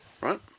Right